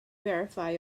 verify